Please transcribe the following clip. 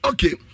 Okay